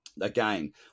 Again